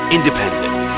Independent